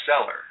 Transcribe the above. seller